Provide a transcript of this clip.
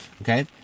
Okay